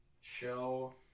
show